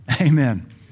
Amen